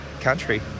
country